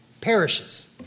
perishes